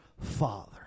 Father